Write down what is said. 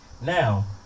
Now